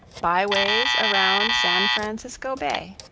byways around san francisco bay,